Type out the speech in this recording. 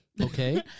Okay